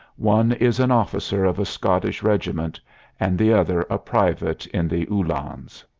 one is an officer of a scottish regiment and the other a private in the uhlans.